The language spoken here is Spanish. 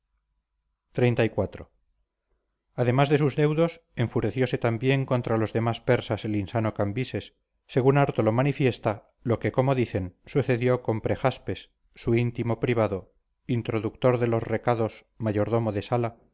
xxxiv además de sus deudos enfurecióse también contra los demás persas el insano cambises según harto lo manifiesta lo que como dicen sucedió con prejaspes su íntimo privado introductor de los recados mayordomo de sala